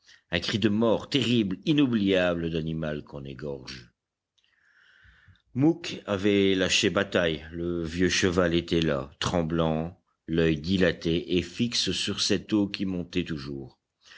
un cri de mort terrible inoubliable d'animal qu'on égorge mouque avait lâché bataille le vieux cheval était là tremblant l'oeil dilaté et fixe sur cette eau qui montait toujours